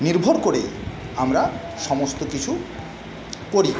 নির্ভর করে আমরা সমস্ত কিছু করি